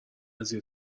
قضیه